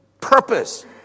purpose